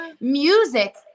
Music